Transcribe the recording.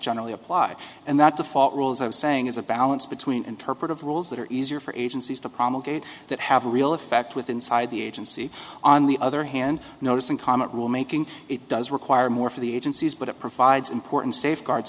generally apply and that default rules i'm saying as a balance between interpretive rules that are easier for agencies to promulgated that have a real effect with inside the agency on the other hand notice and comment rule making it does require more for the agencies but it provides important safeguards